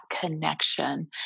connection